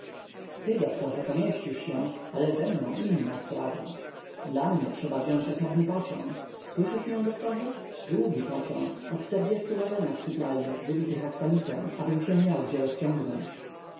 ty doktorze pomieścisz się ale ze mną inna sprawa dla mnie trzeba wziąć osobny pociąg słyszysz mię doktorze długi pociąg o tu wagonach sypialnych wybitych aksamitem abym się miał gdzie rozciągnąć